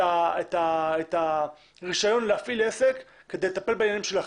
את הרישיון להפעיל עסק כדי לטפל בעניינים שלכם.